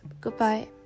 Goodbye